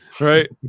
Right